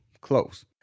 Close